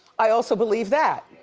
i also believe that.